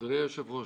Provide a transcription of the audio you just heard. אדוני היושב-ראש,